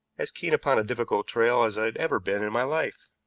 as keen upon a difficult trail as i had ever been in my life.